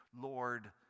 Lord